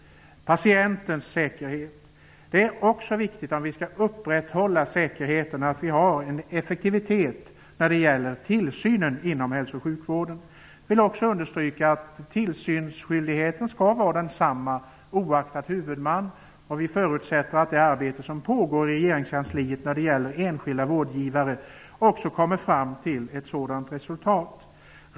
Om vi skall upprätthålla säkerheten är det också viktig att vi har en effektivitet när det gäller tillsynen inom hälso och sjukvården. Jag vill också understryka att tillsynsskyldigheten skall vara densamma oaktat huvudman. Vi förutsätter att det arbete som pågår i regeringskansliet när det gäller enskilda vårdgivare också kommer fram till ett sådant resultat.